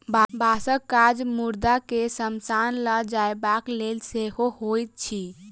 बाँसक काज मुर्दा के शमशान ल जयबाक लेल सेहो होइत अछि